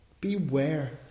Beware